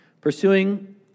pursuing